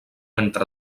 entre